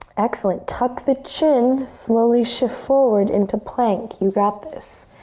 excellent, tuck the chin. slowly shift forward into plank. you got this.